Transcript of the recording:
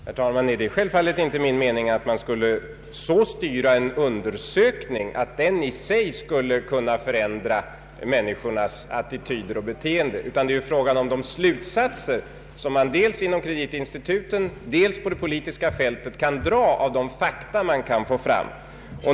Herr talman! Det är självfallet inte min mening att man skulle så styra en undersökning att den i sig skulle kunna förändra människornas attityder och beteenden, utan det är fråga om de slutsatser som man dels inom kreditinstituten, dels på det politiska fältet kan dra av de fakta man kan få fram.